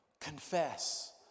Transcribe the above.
confess